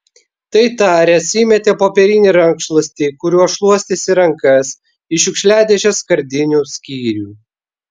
tai taręs įmetė popierinį rankšluostį kuriuo šluostėsi rankas į šiukšliadėžės skardinių skyrių